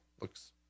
looks